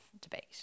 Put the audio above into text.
debate